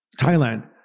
Thailand